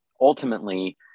ultimately